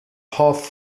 half